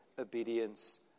obedience